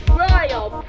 royal